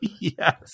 Yes